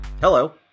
Hello